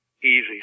easy